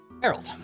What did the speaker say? Harold